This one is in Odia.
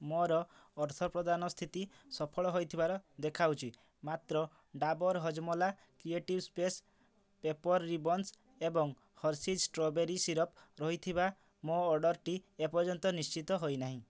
ମୋର ଅର୍ଥପ୍ରଦାନ ସ୍ଥିତି ସଫଳ ହୋଇଥିବାର ଦେଖାଉଛି ମାତ୍ର Dabur Hajmola creative space paper ribbons ଏବଂ ହର୍ଷିଜ୍ ଷ୍ଟ୍ରବେରୀ ସିରପ୍ ରହିଥିବା ମୋ ଅର୍ଡ଼ର୍ଟି ଏପର୍ଯ୍ୟନ୍ତ ନିଶ୍ଚିତ ହୋଇନାହିଁ